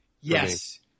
Yes